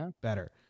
better